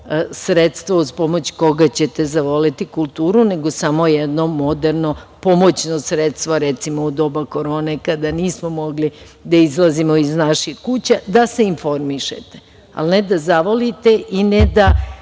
sredstvo uz pomoć koga ćete zavoleti kulturu, nego samo jedno moderno pomoćno sredstvo, recimo, u doba korone kada nismo mogli da izlazimo iz naših kuća, da se informišete, ali ne da zavolite i ne da